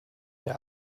der